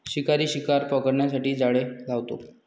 शिकारी शिकार पकडण्यासाठी जाळे लावतो